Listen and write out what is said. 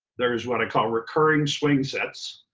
there's what i call recurring swing sets.